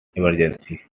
emergency